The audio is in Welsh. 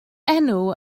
enw